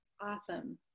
Awesome